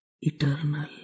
eternal